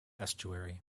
estuary